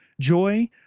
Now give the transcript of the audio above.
Joy